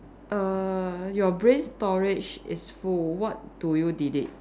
err your brain storage is full what do you delete